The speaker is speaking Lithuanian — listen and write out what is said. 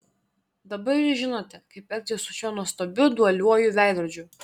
dabar jūs žinote kaip elgtis su šiuo nuostabiu dualiuoju veidrodžiu